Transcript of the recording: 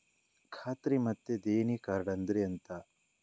ಖಾತ್ರಿ ಮತ್ತೆ ದೇಣಿ ಕಾರ್ಡ್ ಅಂದ್ರೆ ಎಂತ?